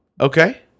Okay